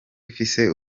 ifise